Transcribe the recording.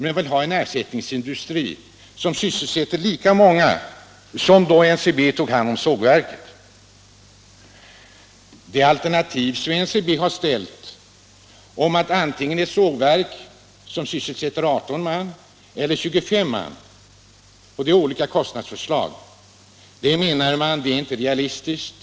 Man vill ha en er Tisdagen den sättningsindustri som sysselsätter lika många som då NCB tog hand om 8 februari 1977 sågverket. De alternativ som NCB har lämnat — ett sågverk som sys: I selsätter antingen 18 man eller 25 man — och de olika kostnadsförslagen Om en ersättningsanser man inte vara realistiska.